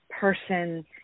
person